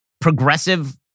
progressive